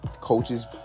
coaches